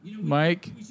Mike